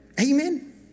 Amen